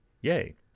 Yay